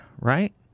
Right